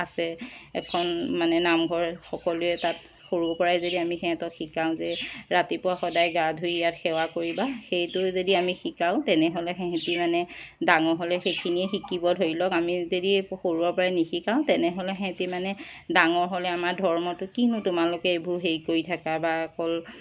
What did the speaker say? আছে এখন মানে নামঘৰ সকলোৱে তাত সৰুৰ পৰাই যদি আমি সিহঁতক শিকাওঁ যে ৰাতিপুৱা সদায় গা ধুই ইয়াত সেৱা কৰিবা সেইটো যদি আমি শিকাওঁ তেনেহ'লে সিহঁতি মানে ডাঙৰ হ'লে সেইখিনিয়ে শিকিব ধৰি লওক আমি যদি সৰুৰে পৰাই নিশিকাওঁ তেনেহ'লে সিহঁতি মানে ডাঙৰ হ'লে আমাৰ ধৰ্মটো কিনো তোমালোক এইবোৰ হেৰি কৰি থাকা বা অকল